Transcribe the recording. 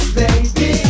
baby